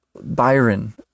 Byron